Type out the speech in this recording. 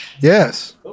Yes